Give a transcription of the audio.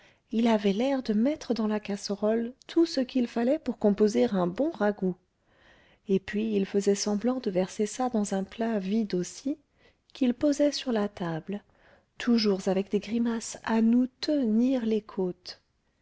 il avait l'air de mettre dans la casserole tout ce qu'il fallait pour composer un bon ragoût et puis il faisait semblant de verser ça dans un plat vide aussi qu'il posait sur la table toujours avec des grimaces à nous tenir les côtes